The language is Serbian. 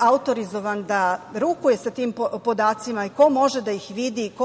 autorizovan da rukuje sa tim podacima i ko može da ih vidi, i ko može da ih